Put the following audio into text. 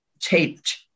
taped